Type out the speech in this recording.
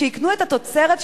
שיקנו את התוצרת שלהם,